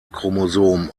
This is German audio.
chromosom